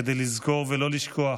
כדי לזכור ולא לשכוח